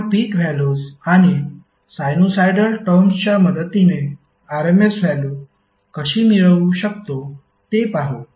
आपण peak values आणि sinusoidal टर्मच्या मदतीने RMS व्हॅल्यु कशी मिळवू शकतो ते पाहू